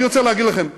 אני רוצה להגיד לכם,